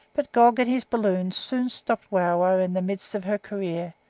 but gog in his balloon soon stopped wauwau in the midst of her career,